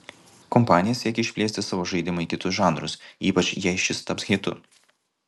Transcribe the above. kompanija siekia išplėsti savo žaidimą į kitus žanrus ypač jei šis taps hitu